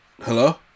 Hello